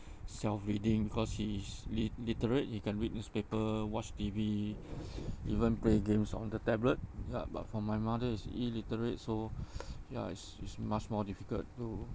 self reading because he is lit~ literate he can read newspaper watch T_V even play games on the tablet ya but for my mother is illiterate so ya it's it's much more difficult to